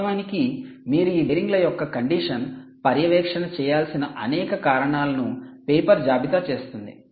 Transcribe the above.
వాస్తవానికి మీరు ఈ బేరింగ్ల యొక్క కండిషన్ పర్యవేక్షణ చేయాల్సిన అనేక కారణాలను పేపర్ జాబితా చేస్తుంది